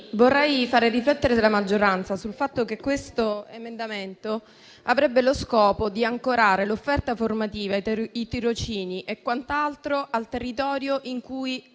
vorrei fare riflettere la maggioranza sul fatto che questo emendamento avrebbe lo scopo di ancorare l'offerta formativa, i tirocini e quant'altro al territorio in cui